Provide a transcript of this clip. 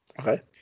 Okay